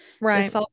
Right